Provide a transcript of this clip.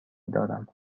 دارم